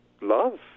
love